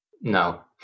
No